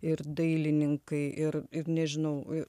ir dailininkai ir ir nežinau